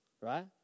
right